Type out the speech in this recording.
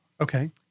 Okay